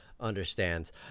Understands